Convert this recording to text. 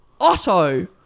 Otto